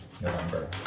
November